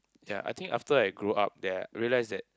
yea I think after I grow up that I realise that